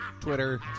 twitter